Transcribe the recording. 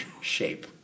shape